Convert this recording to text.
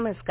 नमस्कार